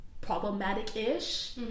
problematic-ish